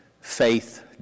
faith